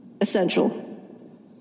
Essential